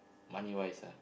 money wise ah